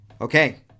Okay